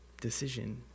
decision